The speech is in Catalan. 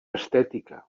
estètica